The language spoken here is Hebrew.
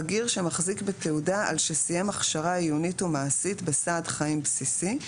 בגיר שמחזיק בתעודה על שסיים הכשרה עיונית ומעשית בסעד חיים בסיסי,